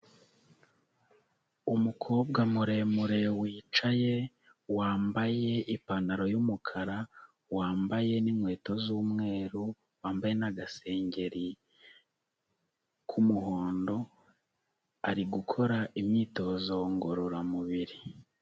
Umukobwa muremure wicaye, wambaye ipantaro y'umukara, wambaye n'inkweto z'umweru wambaye n'agasengeri k'umuhondo ari gukora imyitozo ngororamubiri.